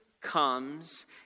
comes